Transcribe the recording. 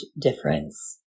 difference